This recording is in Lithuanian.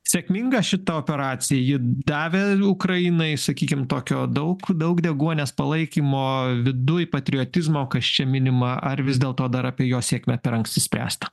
sėkminga šita operacija ji davė ukrainai sakykim tokio daug daug deguonies palaikymo viduj patriotizmo kas čia minima ar vis dėlto dar apie jo sėkmę per anksti spręst